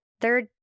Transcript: third